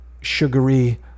sugary